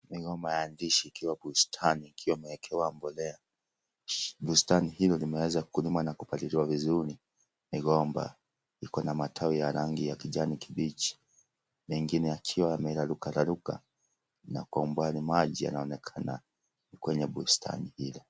Migomba ya ndizi ikiwa bustani ikiwa imewekewa mbolea, bustani hilo limeweza kulimwa na kupaliliwa vizuri, migomba iko na matawi ya rangi kijani kibichi na mengine yakiwa yamerarukararuka na kwa umbali maji yanaonekana kwenye bustani lile.